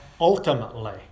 ultimately